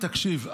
תקשיב,